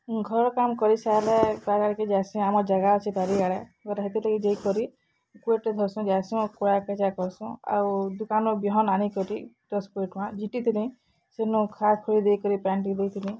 ଘର୍ କାମ୍ କରି ସାରିଲେ ବାରିଆଡ଼୍କେ ଯାଇସିଁ ଆମ ଜାଗା ଅଛେ ବାରିଆଡେ ବେଲେ ହେତିରଁଲାଗି ଯାଇକରି କୁଏଡ଼୍ଟେ ଧର୍ସିଁ ଯାଇସିଁ କୁଡ଼ାକେଚା କର୍ସୁଁ ଆଉ ଦୁକାନୁ ବିହନ୍ ଆନିକରି ଦଶ୍ କୁଡ଼େ ଟଙ୍କା ଝିଟିଥିଲି ସେନୁ ଖାର୍ ଖୁରୀ ଦେଇକରି ପାଏନ୍ ଟିକେ ଦେଇଥିଲି